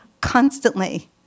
constantly